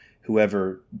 whoever